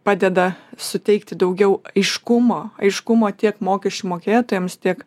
padeda suteikti daugiau aiškumo aiškumo tiek mokesčių mokėtojams tiek